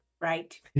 Right